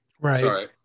Right